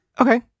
Okay